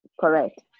Correct